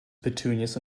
petunias